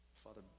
Father